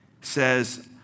says